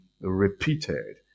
repeated